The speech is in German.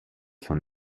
von